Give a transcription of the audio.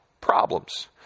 problems